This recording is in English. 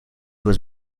was